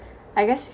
I guess